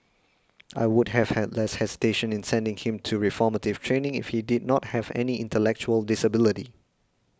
I would have had less hesitation in sending him to reformative training if he did not have any intellectual disability